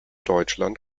deutschland